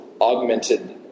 augmented